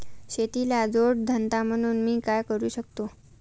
शेतीला जोड धंदा म्हणून मी काय करु शकतो?